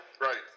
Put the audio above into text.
Right